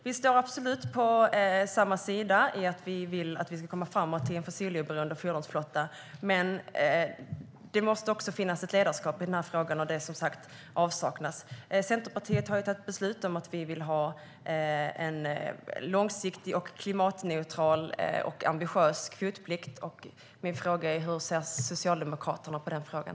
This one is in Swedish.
Vi står absolut på samma sida när det gäller att komma framåt till en fossiloberoende fordonsflotta, men det måste också finnas ett ledarskap i frågan. Det saknas, som sagt. Centerpartiet har tagit beslut om att vi vill ha en långsiktig, klimatneutral och ambitiös kvotplikt, och min fråga är hur Socialdemokraterna ser på den frågan.